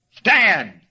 stand